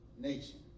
nation